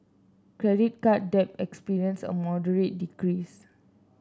credit card debt experienced a moderate decrease